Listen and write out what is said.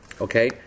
Okay